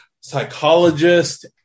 psychologist